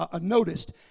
noticed